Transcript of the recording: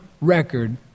record